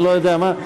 אני לא-יודע-מה.